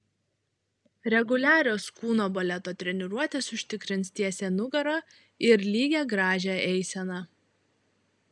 reguliarios kūno baleto treniruotės užtikrins tiesią nugarą ir lygią gražią eiseną